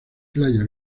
playa